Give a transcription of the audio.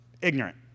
ignorant